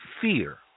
fear